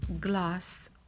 glass